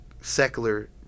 Secular